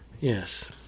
Yes